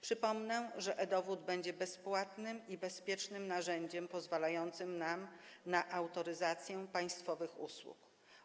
Przypomnę, że e-dowód będzie bezpłatnym i bezpiecznym narzędziem pozwalającym nam na autoryzację państwowych usług.